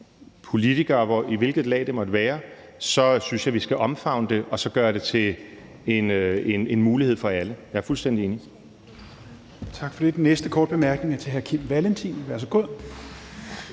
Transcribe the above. politikere – i hvilket lag det måtte være – så synes jeg, vi skal omfavne det og så gøre det til en mulighed for alle. Jeg er fuldstændig enig.